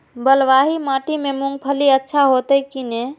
बलवाही माटी में मूंगफली अच्छा होते की ने?